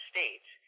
States